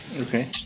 Okay